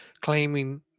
claiming